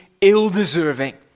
ill-deserving